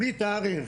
בלי תאריך,